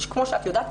שכמו שאת יודעת,